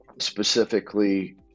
specifically